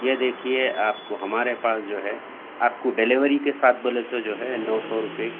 یہ دیکھیے آپ کو ہمارے پاس جو ہے آپ کو ڈیلیوری کے ساتھ بولے تو جو ہے نو سو روپیے